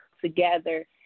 together